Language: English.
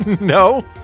No